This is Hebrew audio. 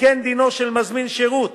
וכן דינו של מזמין שירות